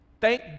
Thank